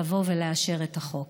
לבוא ולאשר את החוק.